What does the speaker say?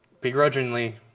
begrudgingly